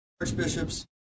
archbishops